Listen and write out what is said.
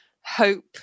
hope